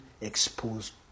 exposed